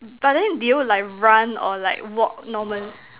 mm but then did you like run or like walk normal